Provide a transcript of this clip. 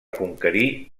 conquerir